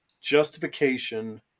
justification